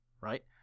right